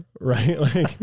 right